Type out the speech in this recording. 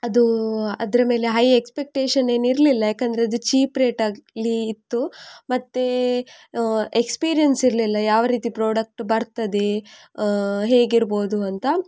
ಅದು ಅದರ ಮೇಲೆ ಹೈ ಎಕ್ಸ್ಪೆಕ್ಟೇಶನ್ ಏನು ಇರಲಿಲ್ಲ ಯಾಕೆಂದ್ರೆ ಅದು ಚೀಪ್ ರೇಟಲ್ಲಿ ಇತ್ತು ಮತ್ತೆ ಎಕ್ಸ್ಪೀರಿಯೆನ್ಸ್ ಇರಲಿಲ್ಲ ಯಾವರೀತಿ ಪ್ರಾಡಕ್ಟ್ ಬರ್ತದೆ ಹೇಗಿರ್ಬೋದು ಅಂತ